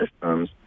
systems